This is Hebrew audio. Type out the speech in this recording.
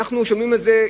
אנחנו שומעים את זה,